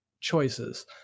choices